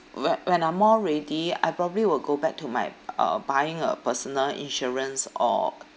whe~ when I'm more ready I probably will go back to my uh buying a personal insurance or